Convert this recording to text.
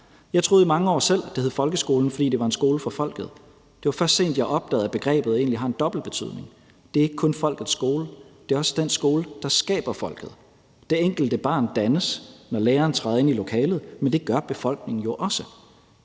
Jeg troede i mange år selv, at det hed folkeskolen, fordi det var en skole for folket. Det var først sent, at jeg opdagede, at begrebet egentlig har en dobbeltbetydning: Det er ikke kun folkets skole; det er også den skole, der skaber folket. Det enkelte barn dannes, når læreren træder ind i lokalet, men det gør befolkningen jo også.